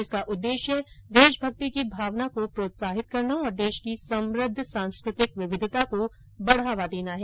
इसका उद्देश्य देशभक्ति की भावना को प्रोत्साहित करना और देश की समृद्ध सांस्कृतिक विविधता को बढ़ावा देना है